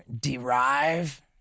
derive